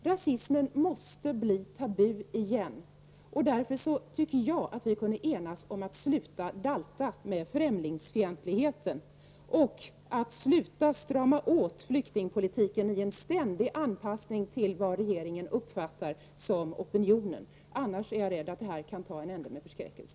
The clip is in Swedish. Rasismen måste bli tabu igen, och därför tycker jag att vi kunde enas om att sluta dalta med främlingsfientligheten och sluta strama åt flyktingpolitiken, i en ständig anpassning till vad regeringen uppfattar som opinionen. Annars är jag rädd för att det här kan ta en ända med förskräckelse.